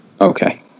Okay